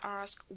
ask